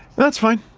that's fine,